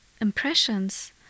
impressions